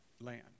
land